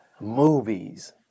Movies